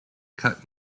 cut